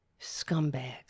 Scumbags